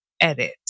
edit